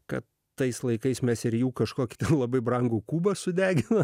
kad tais laikais mes ir jų kažkokį labai brangų kubą sudegino